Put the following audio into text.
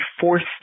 forced